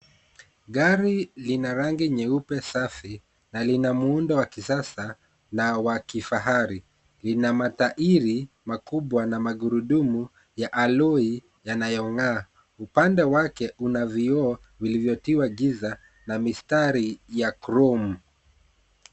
Gari lina rangi nyeupe safi na lina muundo wa kisasa na wa kifahari. Lina matairi makubwa na magurudumu ya alloy yanayong'aa. Upande wake una vioo vilivyotiwa giza na mistari ya crome .